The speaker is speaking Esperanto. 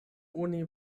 oni